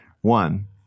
one